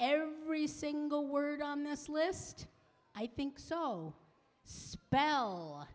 every single word on this list i think so